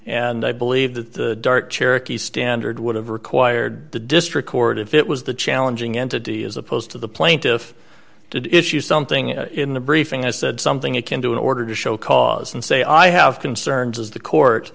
and i believe that the dart cherokee standard would have required the district court if it was the challenging entity as opposed to the plaintiff did issue something in the briefing and said something akin to in order to show cause and say i have concerns as the court